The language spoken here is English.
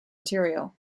material